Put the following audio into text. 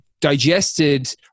digested